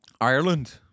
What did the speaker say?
Ireland